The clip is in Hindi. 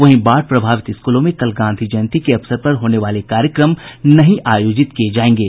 वहीं बाढ़ प्रभावित स्कूलों में कल गांधी जयंती के अवसर पर होने वाले कार्यक्रम नहीं आयोजित किये जायेंगे